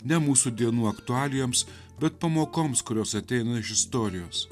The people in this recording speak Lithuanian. ne mūsų dienų aktualijoms bet pamokoms kurios ateina iš istorijos